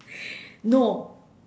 no